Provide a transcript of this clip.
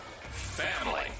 family